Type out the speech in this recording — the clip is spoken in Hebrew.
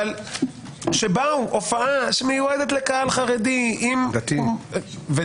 אבל זו הופעה שמיועדת לקהל חרדי ודתי,